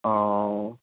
অঁ